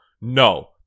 no